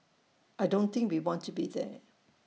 I don't think we want to be there